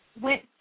went